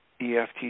EFT